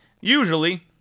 Usually